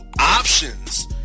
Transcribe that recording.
options